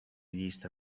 vista